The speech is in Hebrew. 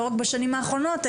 לא רק בשנים האחרונות,